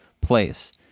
place